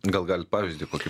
gal galit pavyzdį kokį